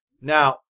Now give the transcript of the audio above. Now